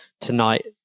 tonight